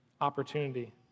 opportunity